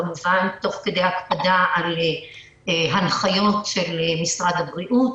כמובן תוך כדי הקפדה על הנחיות משרד הבריאות.